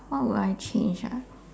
what will I change ah